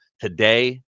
today